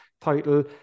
title